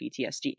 PTSD